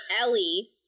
Ellie